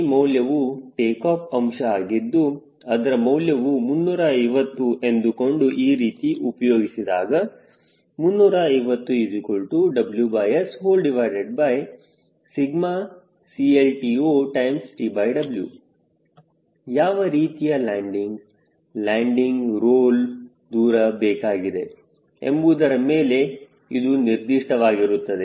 ಈ ಮೌಲ್ಯವು ಟೇಕಾಫ್ ಅಂಶ ಆಗಿದ್ದು ಅದರ ಮೌಲ್ಯವು 350 ಎಂದುಕೊಂಡು ಈ ರೀತಿ ಉಪಯೋಗಿಸಿದಾಗ 350WSCLTOTW ಯಾವ ರೀತಿಯ ಲ್ಯಾಂಡಿಂಗ್ ಲ್ಯಾಂಡಿಂಗ್ ರೋಲ್ ದೂರ ಬೇಕಾಗಿದೆ ಎಂಬುದರ ಮೇಲೆ ಇದು ನಿರ್ದಿಷ್ಟವಾಗಿರುತ್ತದೆ